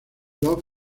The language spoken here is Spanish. love